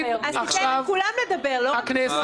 אם הכנסת,